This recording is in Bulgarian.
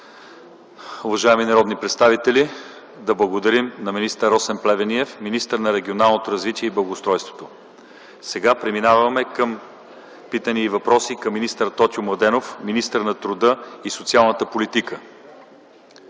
Уважаеми народни представители, да благодарим на министър Росен Плевнелиев, министър на регионалното развитие и благоустройството. Сега преминаваме към питания и въпроси към министър Тотю Младенов – министър на труда и социалната политика.